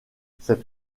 cette